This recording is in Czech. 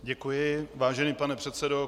Děkuji, vážený pane předsedo.